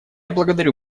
благодарю